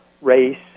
race